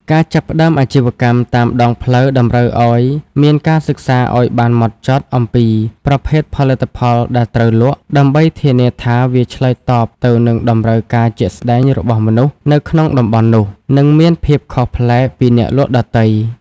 ការចាប់ផ្ដើមអាជីវកម្មតាមដងផ្លូវតម្រូវឱ្យមានការសិក្សាឱ្យបានហ្មត់ចត់អំពីប្រភេទផលិតផលដែលត្រូវលក់ ដើម្បីធានាថាវាឆ្លើយតបទៅនឹងតម្រូវការជាក់ស្ដែងរបស់មនុស្សនៅក្នុងតំបន់នោះ និងមានភាពខុសប្លែកពីអ្នកលក់ដទៃ។